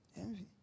Envy